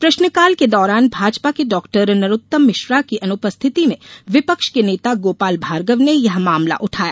प्रश्नकाल के दौरान भाजपा के डाक्टर नरोत्तम मिश्रा की अनुपस्थिति में विपक्ष के नेता गोपाल भार्गव ने यह मामला उठाया